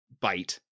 bite